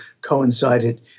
coincided